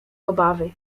obawy